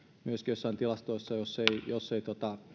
myöskin jossain tilastoissa jos ei